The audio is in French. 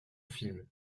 film